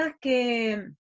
que